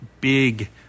big